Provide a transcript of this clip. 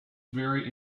very